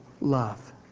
love